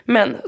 Men